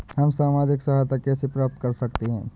हम सामाजिक सहायता कैसे प्राप्त कर सकते हैं?